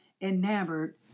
enamored